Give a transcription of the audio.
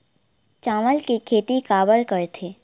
चावल के खेती काबर करथे?